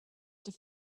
have